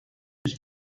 ich